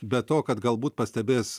be to kad galbūt pastebės